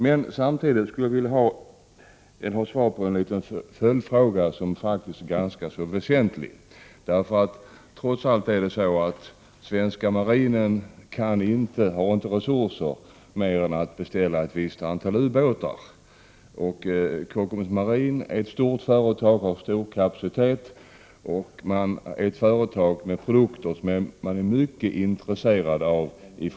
Men jag vill samtidigt ha svar på en liten följdfråga, som faktiskt är ganska väsentlig. Trots allt har inte den svenska marinen resurser att beställa mer än ett visst antal ubåtar. Kockums Marin är ett stort företag med stor kapacitet, ett företag med produkter som andra länder är mycket intresserade av.